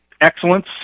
Excellence